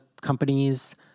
companies